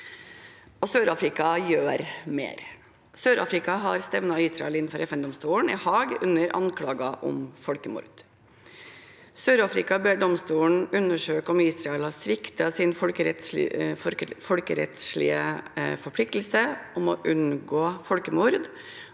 Sør-Afrika gjør mer. Sør-Afrika har stevnet Israel inn for FN-domstolen i Haag under anklager om folkemord. Sør-Afrika ber domstolen undersøke om Israel har sviktet sin folkerettslige forpliktelse om å unngå folkemord